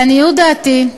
לעניות דעתי,